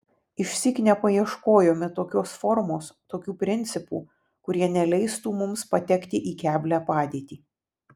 išsyk nepaieškojome tokios formos tokių principų kurie neleistų mums patekti į keblią padėtį